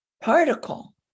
particle